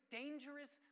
dangerous